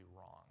wrong